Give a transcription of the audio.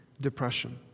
depression